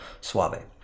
Suave